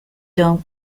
don’t